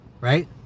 Right